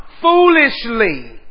foolishly